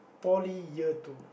poly year two